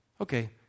Okay